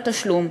תשלום.